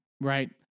Right